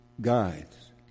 guides